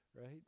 Right